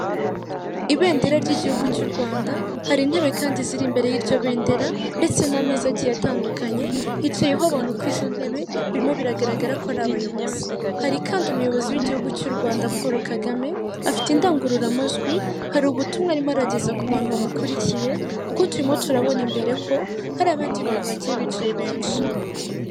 Ibendera ry'igihugu cy'u Rwanda, hari intebe kandi ziri imbere y'iryo bendera ndetse n'ameza agiye atandukanye, hicayeho abantu ku izo ntebe, birimo biragaragara ko ari abayobozi. Hari kandi umuyobozi w'igihugu cy'u Rwanda Paul Kagame, afite indangururamajwi, hari ubutumwa arimo arageza ku bantu bamukurikiye kuko turimo turabona imbere ko hari abandi bantu bagiye bicaye benshi.